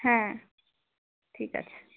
হ্যাঁ ঠিক আছে